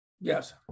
Yes